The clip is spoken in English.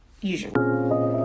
usually